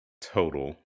total